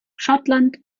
schottland